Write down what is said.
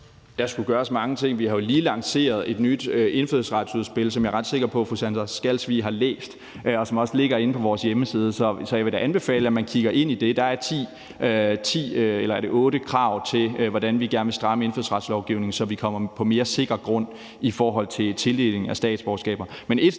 Der skulle gøres mange ting. Vi har jo lige lanceret et nyt indfødsretsudspil, som jeg er ret sikker på fru Sandra Elisabeth Skalvig har læst, og som også ligger inde på vores hjemmeside. Så jeg vil da anbefale, at man kigger ind i det. Der er otte eller ti krav til, hvordan vi gerne vil stramme indfødsretslovgivningen, så vi kommer på mere sikker grund i forhold til tildeling af statsborgerskaber.